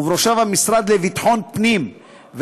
ובראשם המשרד לביטחון פנים,